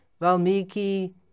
Valmiki